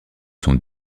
sont